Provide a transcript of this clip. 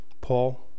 Paul